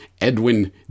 Edwin